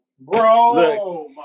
bro